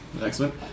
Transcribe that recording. Excellent